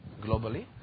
globally